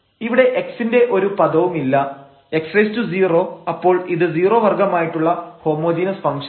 ഇവിടെ x ന്റെ ഒരു പദവുമില്ല x0 അപ്പോൾ ഇത് 0 വർഗ്ഗമായിട്ടുള്ള ഹോമോജീനസ് ഫംഗ്ഷനാണ്